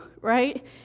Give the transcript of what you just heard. right